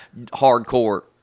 hardcore